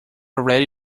already